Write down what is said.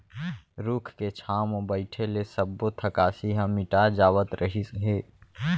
रूख के छांव म बइठे ले सब्बो थकासी ह मिटा जावत रहिस हे